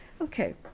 Okay